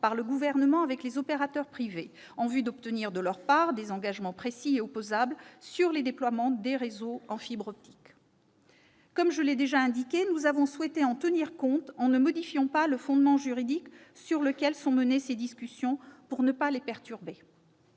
par le Gouvernement avec les opérateurs privés en vue d'obtenir de leur part des engagements précis et opposables sur les déploiements de réseaux en fibre optique. Comme je l'ai déjà indiqué, nous avons souhaité en tenir compte en ne modifiant pas le fondement juridique sur lequel sont menées ces discussions pour ne pas les perturber.